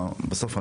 בסוף,